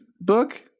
book